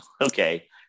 okay